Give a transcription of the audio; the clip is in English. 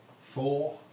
Four